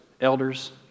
elders